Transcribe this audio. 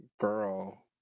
Girl